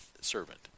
servant